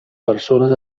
persones